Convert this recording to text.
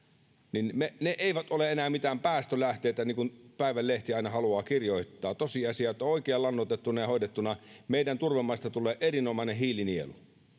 ne eivät ole enää mitään päästölähteitä niin kuin päivän lehti aina haluaa kirjoittaa tosiasia on että oikein lannoitettuna ja hoidettuna meidän turvemaista tulee erinomainen hiilinielu